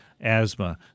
asthma